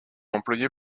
employé